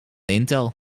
intel